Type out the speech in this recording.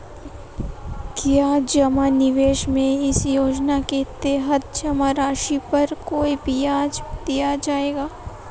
क्या जमा निवेश में इस योजना के तहत जमा राशि पर कोई ब्याज दिया जाएगा?